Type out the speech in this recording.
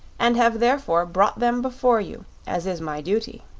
and have therefore brought them before you, as is my duty.